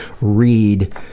read